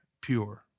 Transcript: pure